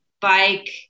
bike